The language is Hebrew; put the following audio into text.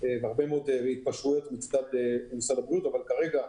בהרבה מאוד התקשרויות מצד משרד הבריאות, אבל כרגע,